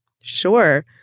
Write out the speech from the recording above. Sure